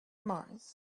mars